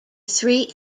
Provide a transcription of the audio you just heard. three